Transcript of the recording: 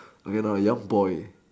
okay now a young boy